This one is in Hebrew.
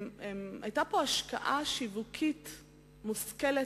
היתה כאן השקעה שיווקית מושכלת,